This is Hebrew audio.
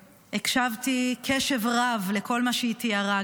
הקשבתי קשב רב לכל מה שהיא תיארה,